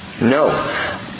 No